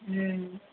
ହୁଁ